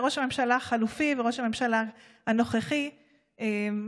ראש הממשלה החליפי וראש הממשלה הנוכחי ואתה,